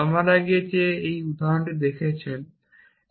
আমরা আগে যে একটি উদাহরণ দেখেছি